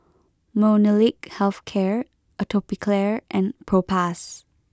Molnylcke health care Atopiclair and Propass